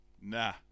Nah